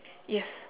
yes